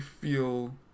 feel